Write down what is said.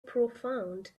profound